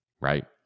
right